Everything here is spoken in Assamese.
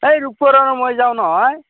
এই আৰু মই যাওঁ নহয়